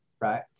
right